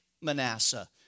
Manasseh